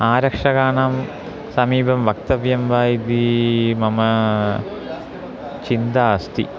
आरक्षकाणां समीपं वक्तव्यं वा इति मम चिन्ता अस्ति